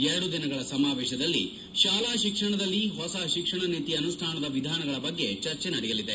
ಎರಡು ದಿನಗಳ ಸಮಾವೇಶದಲ್ಲಿ ಶಾಲಾ ಶಿಕ್ಷಣದಲ್ಲಿ ಹೊಸ ಶಿಕ್ಷಣ ನೀತಿ ಅನುಷ್ಡಾನದ ವಿಧಾನಗಳ ಬಗ್ಗೆ ಚರ್ಚೆ ನಡೆಯಲಿದೆ